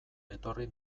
etorri